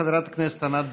חברת הכנסת ענת ברקו.